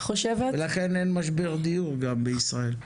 ולכן אין משבר דיור גם בישראל.